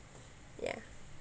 ya